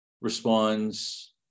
responds